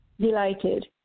delighted